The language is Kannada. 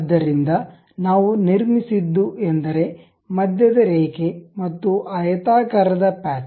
ಆದ್ದರಿಂದ ನಾವು ನಿರ್ಮಿಸಿದ್ದು ಎಂದರೆ ಮಧ್ಯದ ರೇಖೆ ಮತ್ತು ಆಯತಾಕಾರದ ಪ್ಯಾಚ್